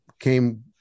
Came